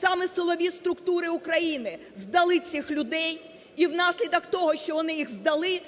саме силові структури України здали цих людей і внаслідок того, що вони їх здали,